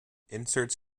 inserts